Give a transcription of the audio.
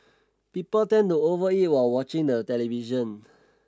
people tend to overeat while watching the television